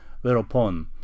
whereupon